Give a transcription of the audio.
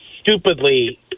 stupidly